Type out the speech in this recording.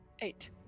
Eight